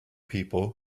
people